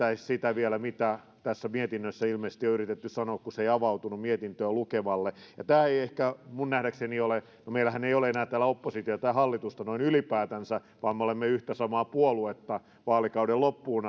sitä mitä tässä mietinnössä ilmeisesti on yritetty sanoa kun se ei avautunut mietintöä lukevalle ja tämä ei ehkä minun nähdäkseni ole meillähän ei ole täällä enää oppositiota ja hallitusta noin ylipäätänsä vaan me olemme yhtä samaa puoluetta vaalikauden loppuun